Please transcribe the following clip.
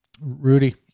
Rudy